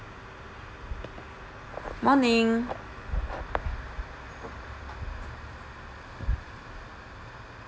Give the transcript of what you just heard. morning